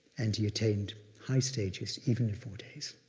and he attained high stages even in four days.